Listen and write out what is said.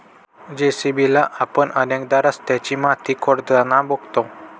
JCB ला आपण अनेकदा रस्त्याची माती खोदताना बघतो